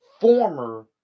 Former